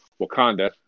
Wakanda